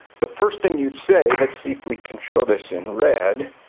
the first thing you'd say, let's see if we control this in red,